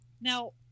now